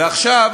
ועכשיו,